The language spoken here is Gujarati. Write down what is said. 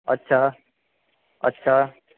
અચ્છા અચ્છા